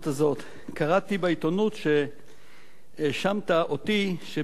קראתי בעיתונות שהאשמת אותי שבגלל הפריימריז